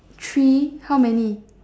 three how many